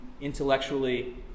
intellectually